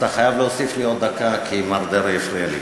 אתה חייב להוסיף לי עוד דקה, כי מר דרעי הפריע לי.